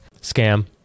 Scam